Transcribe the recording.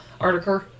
article